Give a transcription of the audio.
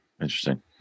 interesting